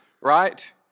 right